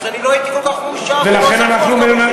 אז אני לא הייתי כל כך מאושר ולא זחוח כמוכם.